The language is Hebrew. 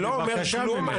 אני לא אומר כלום.